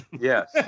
Yes